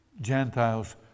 Gentiles